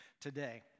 today